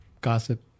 gossip